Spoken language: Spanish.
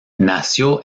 nació